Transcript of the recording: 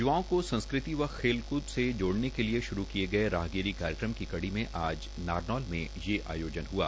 य्वाओं को संस्कृति व खेलकूद से जोड़ने के लिए श्रू किये गये राहगिरी कार्यक्रम की कड़ी में आज नारनौल मे यह आयोजन हआ